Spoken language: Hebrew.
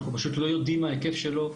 אנחנו פשוט לא יודעים מה ההיקף שלו,